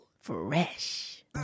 Fresh